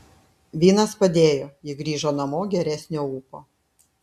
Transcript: vynas padėjo ji grįžo namo geresnio ūpo